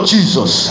Jesus